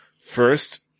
first